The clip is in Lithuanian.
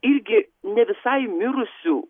irgi ne visai mirusių